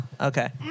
Okay